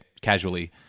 casually